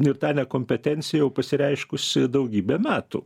ir ta nekompetencija jau pasireiškusi daugybę metų